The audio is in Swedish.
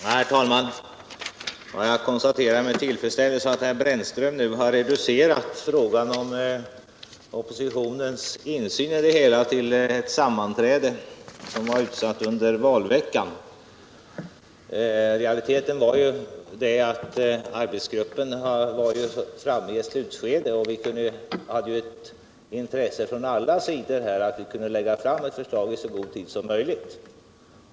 Herr talman! Jag konstaterar med tillfredsställelse att herr Brännström nu har reducerat frågan om oppositionens insyn till ett sammanträde som var utsatt under valveckan. I realiteten var ju arbetsgruppen framme i ett slutskede, och från alla sidor hade vi intresse av att lägga fram ett förslag i så god tid som möjligt.